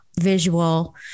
visual